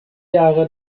jahre